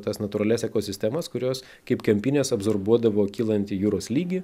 tas natūralias ekosistemas kurios kaip kempinės absorbuodavo kylantį jūros lygį